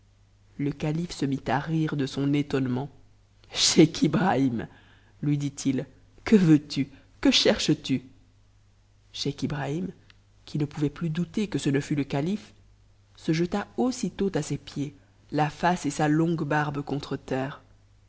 le calife se mit à rire de son éton ement scheich ibrahim lui dit-il que veux tu que cherchestu n scheich ibrahim qui ne pouvait plus douter que ce ne fut le calife se jeta aussitôt à ses pieds la face et sa longue barbe contre terre